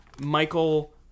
Michael